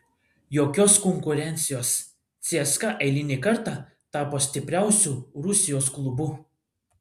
jokios konkurencijos cska eilinį kartą tapo stipriausiu rusijos klubu